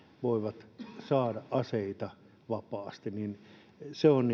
voivat saada aseita vapaasti se on